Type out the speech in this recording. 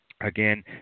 again